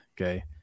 Okay